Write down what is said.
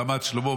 ברמת שלמה,